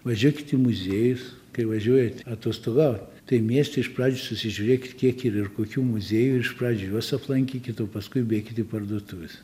važiokit į muziejus kai važiuojat atostogaut tai mieste iš pradžių susižiūrėkit kiek yr ir kokių muziejų ir iš pradžių juos aplankykit o paskui bėkit į parduotuves